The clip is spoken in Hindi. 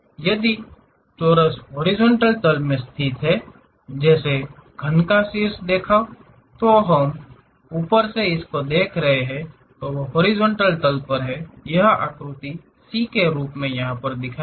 यदि चोरस हॉरिजॉन्टल तल में स्थित है जैसे घन का शीर्ष देखाव तो हम ऊपर से देख रहे हैं और वह हॉरिजॉन्टल तल पर है यह आकृति c के रूप में दिखाई देगा